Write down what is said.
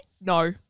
No